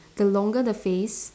the longer the phrase